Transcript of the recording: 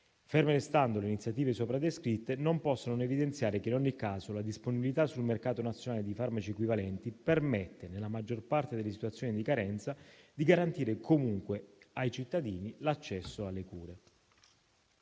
Ferme restando le iniziative sopra descritte, non posso non evidenziare che, in ogni caso, la disponibilità sul mercato nazionale di farmaci equivalenti permette, nella maggior parte delle situazioni di carenza, di garantire comunque ai cittadini l'accesso alle cure.